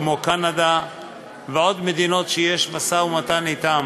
כמו קנדה ועוד מדינות שיש משא-ומתן אתן